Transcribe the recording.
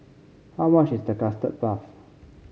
how much is Custard Puff